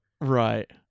right